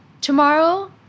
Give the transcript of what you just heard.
tomorrow